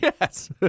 Yes